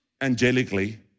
angelically